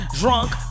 drunk